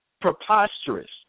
preposterous